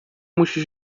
musi